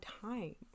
time